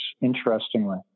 interestingly